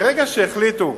ברגע שהחליטו